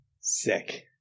Sick